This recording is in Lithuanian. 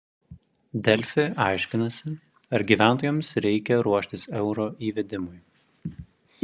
delfi aiškinasi ar gyventojams reikia ruoštis euro įvedimui